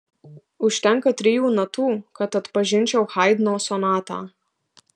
užtenka trijų natų kad atpažinčiau haidno sonatą